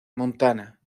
montana